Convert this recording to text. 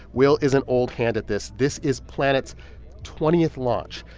will is an old hand at this. this is planet's twentieth launch.